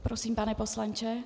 Prosím, pane poslanče.